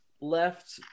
left